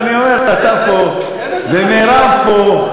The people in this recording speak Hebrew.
לא, אני אומר, אתה פה, ומירב פה.